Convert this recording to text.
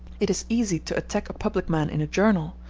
it is easy to attack a public man in a journal,